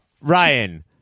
Ryan